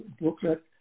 booklet